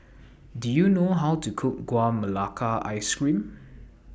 Do YOU know How to Cook Gula Melaka Ice Cream